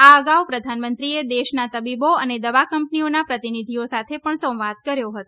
આ અગાઉ પ્રધાનમંત્રીએ દેશના તબીબો અને દવા કંપનીઓના પ્રતિનિધિઓ સાથે પણ સંવાદ કર્યો હતો